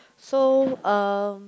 so um